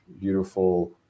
beautiful